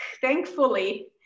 thankfully